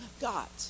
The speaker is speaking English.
got